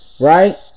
Right